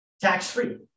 Tax-free